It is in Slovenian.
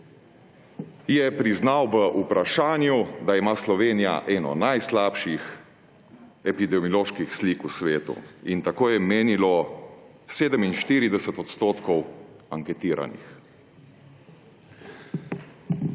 je priznal pri vprašanju, da ima Slovenija eno najslabših epidemioloških slik v svetu in tako je menilo 47 % anketiranih.